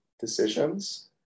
decisions